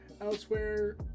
elsewhere